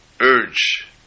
urge